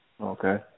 Okay